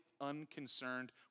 unconcerned